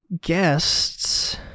guests